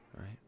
Right